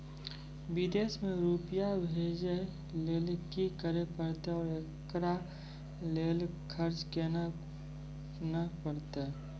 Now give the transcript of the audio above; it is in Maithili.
विदेश मे रुपिया भेजैय लेल कि करे परतै और एकरा लेल खर्च केना परतै?